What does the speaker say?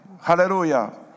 Hallelujah